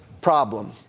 problem